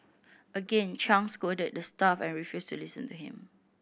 again Chang scolded the staff and refused to listen to him